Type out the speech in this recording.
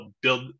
build